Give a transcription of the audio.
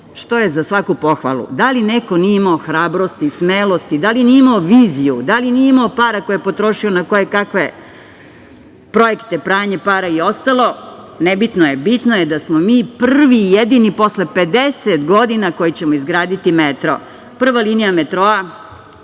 što je za svaku pohvalu. Da li neko nije imao hrabrosti, smelosti, da li nije imao viziju, da li nije imao para koje je potrošio na kojekakve projekte, pranje para i ostalo, nebitno je, bitno je da smo mi prvi i jedini posle 50 godina koji ćemo izgraditi metro. Prva linija metroa